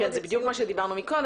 כן, זה בדיוק מה שדיברנו עליו קודם.